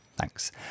Thanks